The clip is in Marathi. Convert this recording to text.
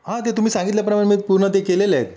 हां ते तुम्ही सांगितल्याप्रमाणे मी पूर्ण ते केलेले आहेत